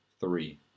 three